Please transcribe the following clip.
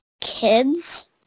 kids